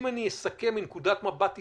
אם אני אסכם מנקודת מבט ישראלית,